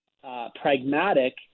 pragmatic